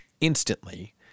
instantly